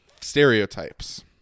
stereotypes